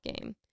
game